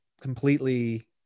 completely